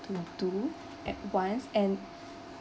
to do at once and